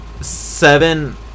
seven